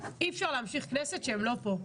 אי אפשר להמשיך כנסת כשהם לא פה,